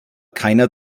keiner